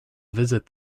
visit